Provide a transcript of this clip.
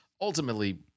ultimately